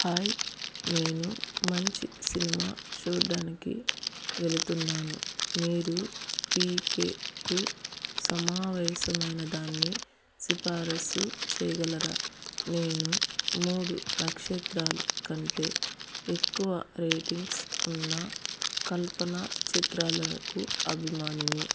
hi నేను మంచి సినిమా చూడడానికి వెళుతున్నాను మీరు పీకెకు సమావెసమైనదాన్ని సిఫారసు చేయగలరా నేను మూడు నక్షత్రాలు కంటే ఎక్కువ రేటింగ్స్ ఉన్న కల్పన చిత్రాలనకు అభిమానిని